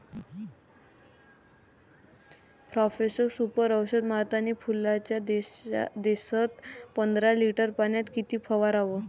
Profex Super औषध मारतानी फुलाच्या दशेत पंदरा लिटर पाण्यात किती फवाराव?